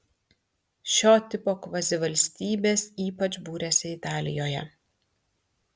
šio tipo kvazivalstybės ypač būrėsi italijoje